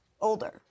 older